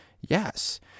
yes